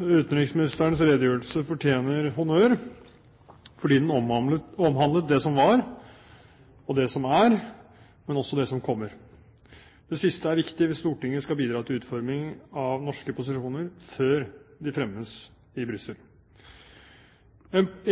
Utenriksministerens redegjørelse fortjener honnør, fordi den omhandlet det som var, og det som er – men også det som kommer. Det siste er viktig hvis Stortinget skal bidra til utformingen av norske posisjoner før de fremmes i Brussel.